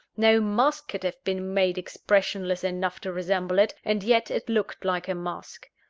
no mask could have been made expressionless enough to resemble it and yet it looked like a mask.